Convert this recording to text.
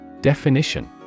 Definition